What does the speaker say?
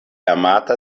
amata